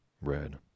Red